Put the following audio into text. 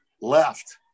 left